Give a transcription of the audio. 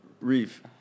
reef